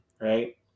right